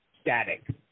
static